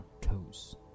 toes